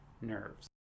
nerves